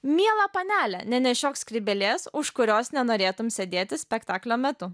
miela panele nenešiok skrybėlės už kurios nenorėtum sėdėti spektaklio metu